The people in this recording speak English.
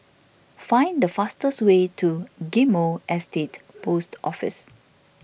find the fastest way to Ghim Moh Estate Post Office